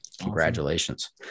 congratulations